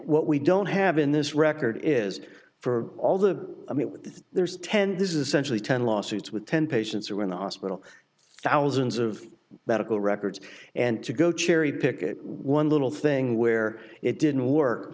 what we don't have in this record is for all the i mean there's ten this essentially ten lawsuits with ten patients who were in the hospital thousands of medical records and to go cherry pick it one little thing where it didn't work